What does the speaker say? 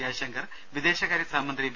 ജയശങ്കർ വിദേശകാര്യ സഹമന്ത്രി വി